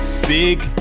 big